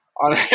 on